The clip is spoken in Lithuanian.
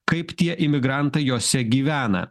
kaip tie imigrantai jose gyvena